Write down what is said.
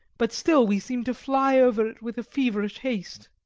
but still we seemed to fly over it with a feverish haste.